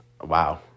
Wow